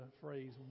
phrase